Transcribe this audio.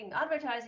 advertising